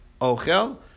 Ochel